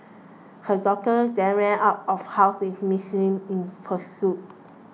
her daughter then ran out of house with Miss Li in pursuit